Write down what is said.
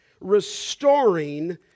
restoring